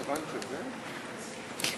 גברתי היושבת-ראש,